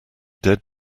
dead